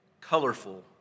colorful